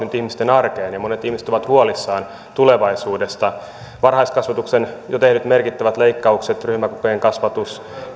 ihmisten arkeen ja monet ihmiset ovat huolissaan tulevaisuudesta varhaiskasvatukseen on jo tehty merkittävät leikkaukset ryhmäkokojen kasvatus